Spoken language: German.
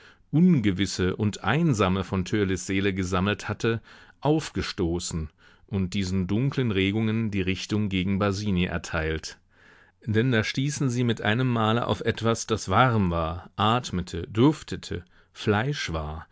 ungewisse und einsame von törleß seele gesammelt hatte aufgestoßen und diesen dunklen regungen die richtung gegen basini erteilt denn da stießen sie mit einem male auf etwas das warm war atmete duftete fleisch war